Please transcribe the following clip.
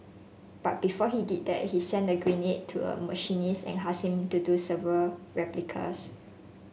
but before he did that he sent the grenade to a machinist and asked him to do several replicas